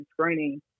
screening